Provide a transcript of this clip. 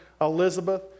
Elizabeth